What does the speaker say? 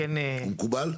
הוא מקובל?